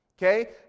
Okay